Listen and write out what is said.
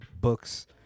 books